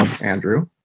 Andrew